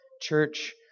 Church